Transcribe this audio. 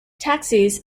taxis